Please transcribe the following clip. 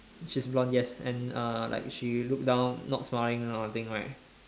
she's blonde yes and uh like she look down not smiling that kind of thing right